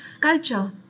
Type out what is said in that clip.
culture